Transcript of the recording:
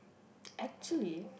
actually